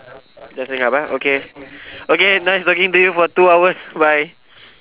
just hang up ah okay okay nice talking to you for two hours bye